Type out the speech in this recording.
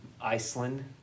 Iceland